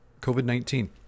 COVID-19